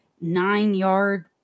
nine-yard